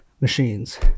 machines